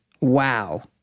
Wow